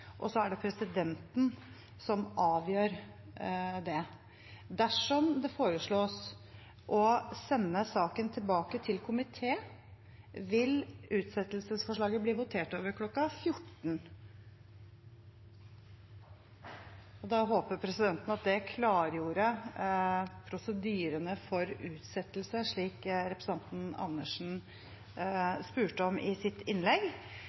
og så er det presidenten som avgjør det. Dersom det foreslås å sende saken tilbake til komité, vil utsettelsesforslaget bli votert over kl. 14. Da håper presidenten det klargjorde prosedyrene for utsettelse, slik representanten Andersen spurte om i sitt innlegg.